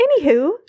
Anywho